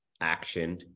action